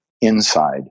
inside